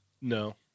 No